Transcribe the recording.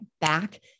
back